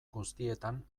guztietan